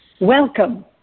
Welcome